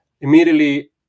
immediately